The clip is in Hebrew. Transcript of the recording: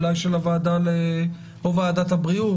אולי ועדת הבריאות,